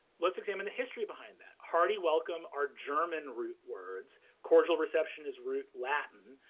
let's examine the history behind that. hearty welcome are german root words. cordial reception is root latin.